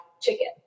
chicken